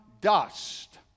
dust